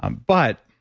um but,